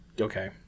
okay